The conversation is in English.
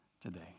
today